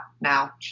now